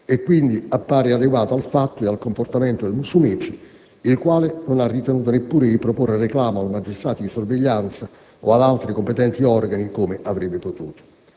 e quindi appare adeguata al fatto ed al comportamento del Musumeci, il quale non ha ritenuto neppure di proporre reclamo al magistrato di sorveglianza o agli altri organi competenti, come avrebbe potuto.